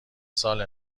سال